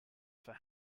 for